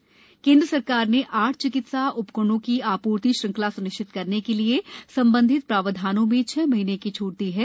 चिकित्सा उ करण केन्द्र सरकार ने आठ चिकित्सा उपकरणों की आप्र्ति श्रृंखला स्निश्चित करने के लिए संबंधित प्रावधानों में छह महीने की छूट दी है